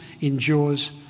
endures